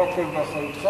לא הכול באחריותך.